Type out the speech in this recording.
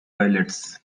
pilots